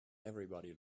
everybody